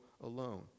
alone